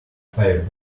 five